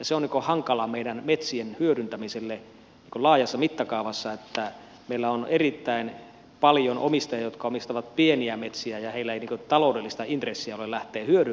se on hankalaa meidän metsien hyödyntämiselle laajassa mittakaavassa että meillä on erittäin paljon omistajia jotka omistavat pieniä metsiä ja heillä ei taloudellista intressiä ole lähteä hyödyntämään sitä metsää